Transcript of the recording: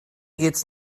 jetzt